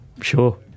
Sure